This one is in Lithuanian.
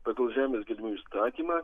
pagal žemės gelmių įstatymą